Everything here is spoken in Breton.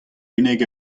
unnek